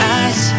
eyes